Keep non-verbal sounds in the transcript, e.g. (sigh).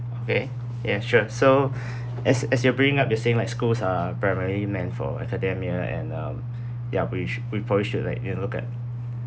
okay ya sure so (breath) as as you are bringing up the same like schools are primarily meant for academia and um ya we should we probably should like you know look at